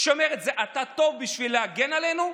כשהיא אומרת: אתה טוב בשביל להגן עלינו,